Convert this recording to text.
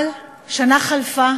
אבל שנה חלפה